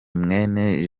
mwene